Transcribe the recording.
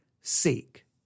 seek